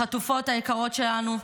החטופות היקרות שלנו,